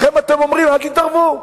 לכן אתם אומרים: אל תתערבו,